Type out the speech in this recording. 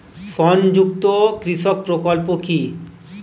সংযুক্ত কৃষক প্রকল্প কি?